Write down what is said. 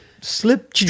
slip